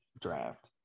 Draft